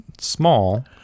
small